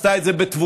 עשתה את זה בתבונה,